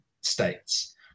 states